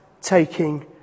taking